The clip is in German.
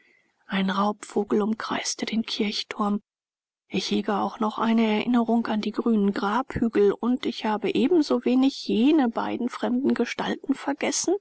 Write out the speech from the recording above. ein raubvogel umkreiste den kirchturm ich hege auch noch eine erinnerung an die grünen grabhügel und ich habe ebensowenig jene beiden fremden gestalten vergessen